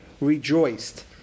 rejoiced